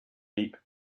deep